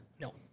No